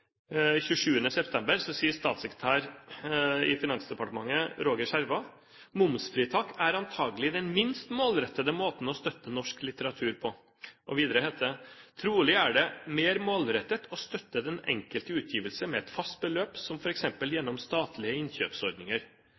september sa statssekretær Roger Schjerva i Finansdepartementet: «Momsfritak er antagelig den minst målrettede måten å støtte norsk litteratur på.» Videre sa han: «Trolig er det mer målrettet å støtte den enkelte utgivelse med et fast beløp, som for eksempel gjennom statlige innkjøpsordninger.»